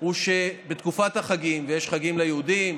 הוא שבתקופת החגים, ויש חגים ליהודים,